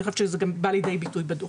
אני חושבת שזה גם בא לידי ביטוי בדו"ח.